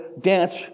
dance